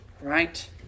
Right